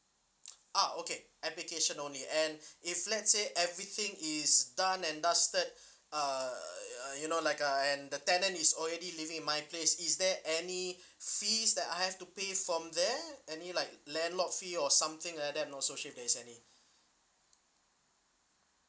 ah okay application only and if let's say everything is done and dusted uh uh you know like uh and the tenant is already living in my place is there any fees that I have to pay from there any like landlord fee or something like that not so sure if there is any